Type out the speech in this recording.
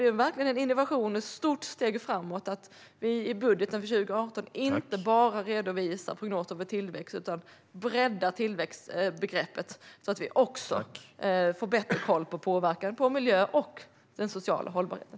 Det är verkligen en innovation, ett stort steg framåt, att vi i budgeten för 2018 inte bara redovisar prognoser för tillväxt utan breddar tillväxtbegreppet så att vi också får bättre koll på påverkan på miljön och den sociala hållbarheten.